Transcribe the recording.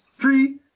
Three